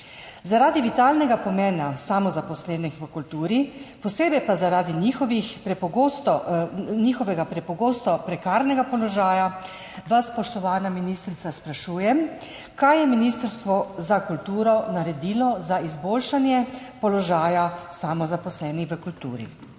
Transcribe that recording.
Zaradi vitalnega pomena samozaposlenih v kulturi, posebej pa zaradi njihovega prepogosto prekarnega položaja vas, spoštovana ministrica, sprašujem: Kaj je Ministrstvo za kulturo naredilo za izboljšanje položaja samozaposlenih v kulturi?